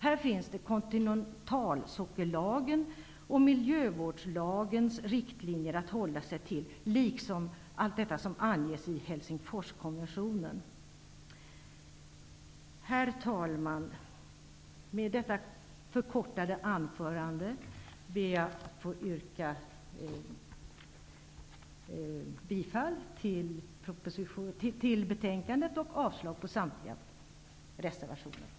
Här finns kontinentalsockellagens och miljövårdslagens riktlinjer att hålla sig till liksom allt det som anges i Herr talman! Med detta förkortade anförande yrkar jag bifall till utskottets hemställan och avslag på samtliga reservationer.